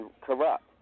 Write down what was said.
corrupt